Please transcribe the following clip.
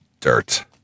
dirt